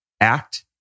act